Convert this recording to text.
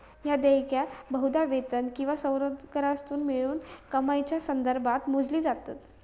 ह्या देयका बहुधा वेतन किंवा स्वयंरोजगारातसून मिळणाऱ्या कमाईच्यो संदर्भात मोजली जातत